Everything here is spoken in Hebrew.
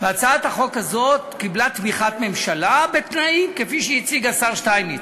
והצעת החוק הזאת קיבלה תמיכת ממשלה בתנאים כפי שהציג השר שטייניץ.